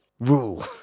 Rule